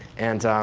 and